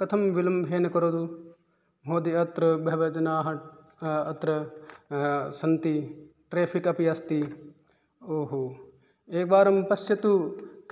कथं विलम्बेन करोतु महोदय अत्र बहवः जनाः अत्र सन्ति ट्रेफिक् अपि अस्ति ओ हो एकवारं पश्यतु